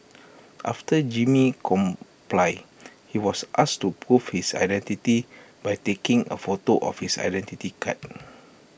after Jimmy complied he was asked to prove his identity by taking A photo of his Identity Card